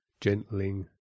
gentling